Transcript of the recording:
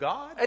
God